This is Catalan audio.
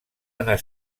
anar